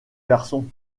garçon